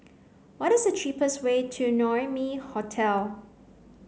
what is the cheapest way to Naumi Hotel